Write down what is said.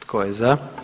Tko je za?